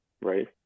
right